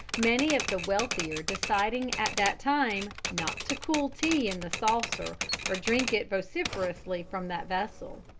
many of the wealthier deciding at that time not to cool tea in the saucer or drink it vociferously from that vessel.